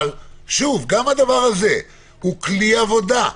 אבל שוב, גם הדבר הזה הוא כלי עבודה.